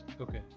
okay